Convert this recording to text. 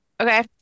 Okay